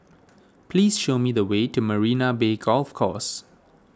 please show me the way to Marina Bay Golf Course